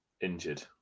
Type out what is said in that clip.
injured